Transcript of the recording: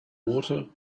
water